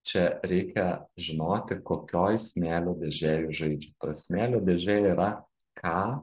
čia reikia žinoti kokioj smėlio dėžėj jūs žaidžiat smėlio dėžė yra ką